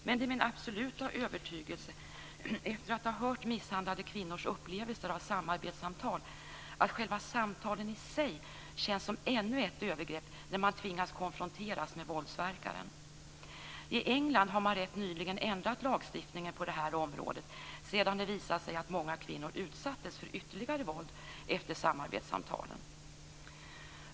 Men efter att ha hört om misshandlade kvinnors upplevelser av samarbetssamtal är det min absoluta övertygelse att själva samtalen i sig känns som ännu ett övergrepp när kvinnorna tvingas konfronteras med våldsverkaren. I England har man rätt nyligen ändrat lagstiftningen på det här området sedan det visat sig att många kvinnor utsattes för ytterligare våld efter samarbetssamtalen.